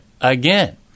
Again